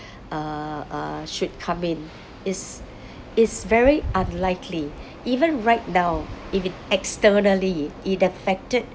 uh uh should come in it's it's very unlikely even right now if it externally it affected